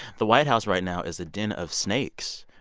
the white house, right now, is a den of snakes.